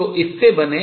जो इससे बने हैं